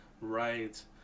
Right